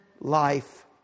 life